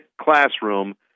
classroom